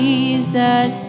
Jesus